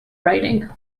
writing